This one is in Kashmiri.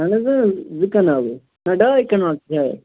اَہَن حظ زٕ کنال ٲسۍ نہَ ڈاے کَنال چھِ شایَد